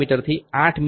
મીથી 8 મી